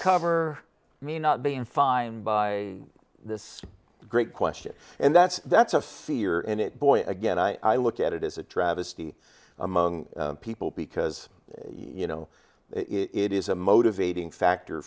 cover me not being fined by this great question and that's that's a fear and it boy again i look at it as a travesty among people because you know it is a motivating factor